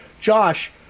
Josh